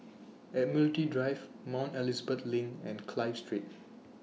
Admiralty Drive Mount Elizabeth LINK and Clive Street